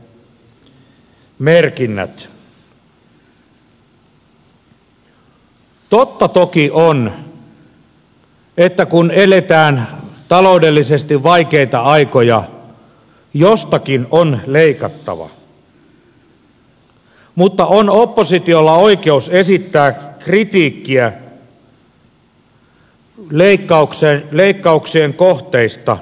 totta toki on että kun eletään taloudellisesti vaikeita aikoja jostakin on leikattava mutta on oppositiolla oikeus esittää kritiikkiä leikkauksien kohteista